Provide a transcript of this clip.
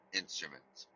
instruments